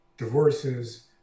divorces